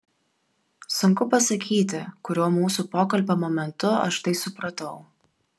sunku pasakyti kuriuo mūsų pokalbio momentu aš tai supratau